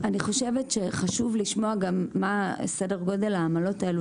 אני חושבת שחשוב לשמוע מה סדר גודל העמלות האלה,